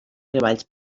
treballs